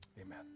Amen